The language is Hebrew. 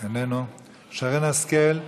איננו, שרן השכל,